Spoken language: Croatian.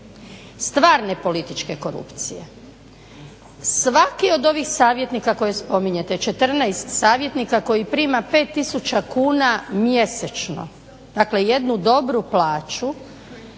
stvarne političke korupcije. Svaki od ovih savjetnika koje spominjete, 14 savjetnika koji prima 5000 kuna mjesečno, dakle jednu dobru plaću